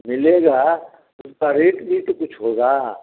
मिलेगा तो उसका रेट भी तो कुछ होगा